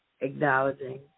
acknowledging